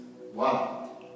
Wow